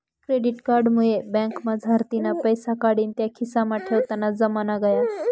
credit card मुये बँकमझारतीन पैसा काढीन त्या खिसामा ठेवताना जमाना गया